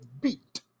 beat